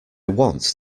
want